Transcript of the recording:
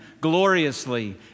gloriously